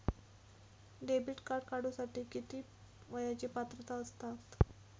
Debit card काढूसाठी किती वयाची पात्रता असतात?